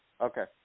Okay